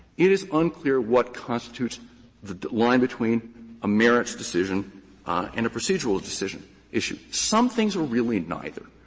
it is unclear what constitutes the line between a merits decision and a procedural decision issue. some things are really neither.